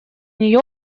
нее